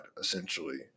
essentially